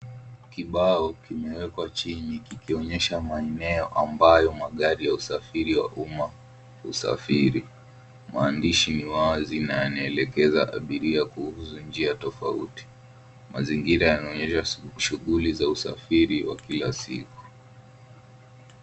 Kibao kimewekwa chini kikionyesha maeneo ambayo magari ya usafiri wa uma usafiri. Maandishi ni wazi na yanaelekeza abiria kuhusu njia tofauti. Mazingira yanaonyesha shughuli za usafiri wa kila siku.